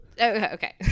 okay